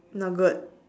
not good